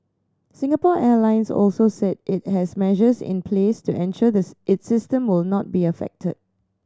Singapore Airlines also said it has measures in place to ensure this its system will not be affected